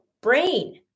brain